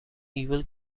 evil